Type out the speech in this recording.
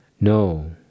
No